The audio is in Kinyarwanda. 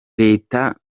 leta